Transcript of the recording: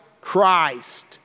Christ